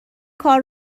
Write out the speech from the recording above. کار